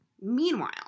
Meanwhile